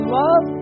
love